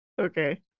Okay